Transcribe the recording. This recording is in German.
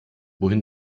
wohin